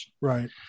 Right